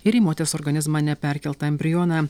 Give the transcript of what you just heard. ir į moters organizmą neperkeltą embrioną